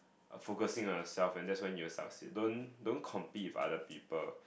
focusing on yourself and that's when you will succeed don't don't compete with other people